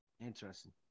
Interesting